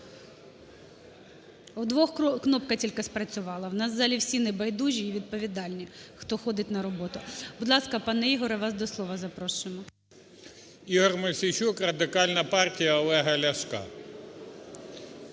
У двох кнопка тільки спрацювала. У нас в залі всі небайдужі і відповідальні, хто ходить на роботу. Будь ласка, пане Ігорю, вас до слова запрошуємо. 13:05:56 МОСІЙЧУК І.В. Ігор Мосійчук, Радикальна партія Олега Ляшка.